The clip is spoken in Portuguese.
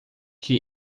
que